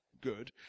good